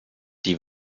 die